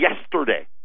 yesterday